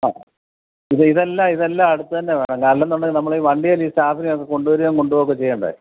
ആ ഇത് ഇതെല്ലാം ഇതെല്ലാം അടുത്തുതന്നെ വേണം അല്ലെന്നുണ്ടെങ്കില് നമ്മളീ വണ്ടിയില് ഈ സ്റ്റാഫിനെയൊക്കെ കൊണ്ടുവരികയും കൊണ്ടുപോകുകയുമൊക്കെ ചെയ്യേണ്ടേ